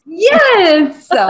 Yes